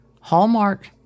Hallmark